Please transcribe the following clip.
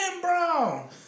Brown